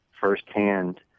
firsthand